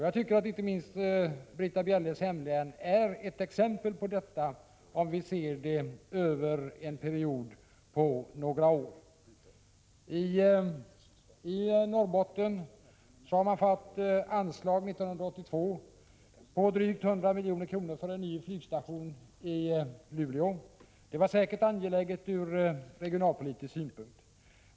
Jag tycker att inte minst Britta Bjelles hemlän är ett exempel på detta om vi ser det över en period av några år. I Norrbotten har man 1982 fått ett anslag på drygt 100 milj.kr. till en ny flygstation i Luleå. Det var säkert angeläget ur regionalpolitisk synpunkt.